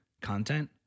content